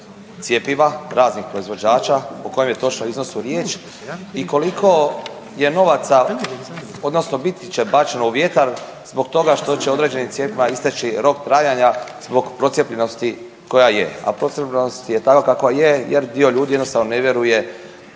cjepiva raznih proizvođača, o kojem je točno iznosu riječ i koliko je novaca, odnosno biti će bačeno u vjetar zbog toga što će određenim cjepivima isteći rok trajanja zbog procijepljenosti koja je, a procijepljenost je takva kakva je jer dio ljudi jednostavno ne vjeruje